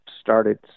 started